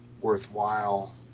worthwhile